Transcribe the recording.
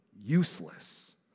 useless